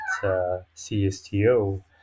CSTO